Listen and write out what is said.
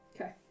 Okay